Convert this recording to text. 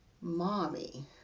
Mommy